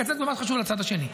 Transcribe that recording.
תקצץ במה שחשוב לצד השני,